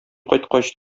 кайткач